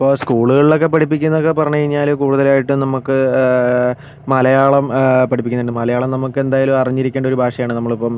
ഇപ്പോൾ സ്കൂളുകളിലൊക്കെ പഠിപ്പിക്കുന്നതൊക്കെ പറഞ്ഞ് കഴിഞ്ഞാൽ കൂടുതലായിട്ടും നമുക്ക് മലയാളം പഠിപ്പിക്കുന്നതിന് മലയാളം നമുക്ക് എന്തായാലും അറിഞ്ഞിരിക്കേണ്ട ഒരു ഭാഷയാണ് നമ്മളിപ്പം